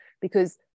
because-